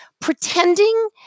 pretending